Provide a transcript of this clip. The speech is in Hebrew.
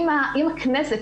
אם הכנסת,